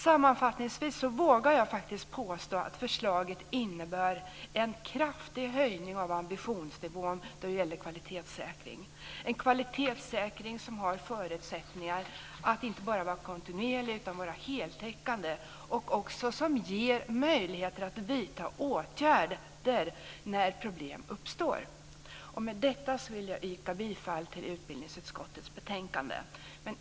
Sammanfattningsvis vågar jag påstå att förslaget innebär en kraftig höjning av ambitionsnivån när det gäller kvalitetssäkring, en kvalitetssäkring som har förutsättningar att inte bara vara kontinuerlig utan heltäckande, och som också ger möjlighet att vidta åtgärder när problem uppstår. Med detta vill jag yrka bifall till utbildningsutskottets betänkande.